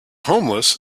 homeless